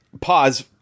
pause